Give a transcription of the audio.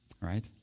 right